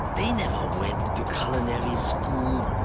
they never went to culinary school.